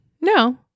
No